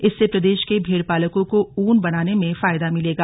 इससे प्रदेश के भेड़पालकों को ऊन बनाने में फायदा मिलेगा